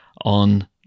on